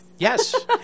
Yes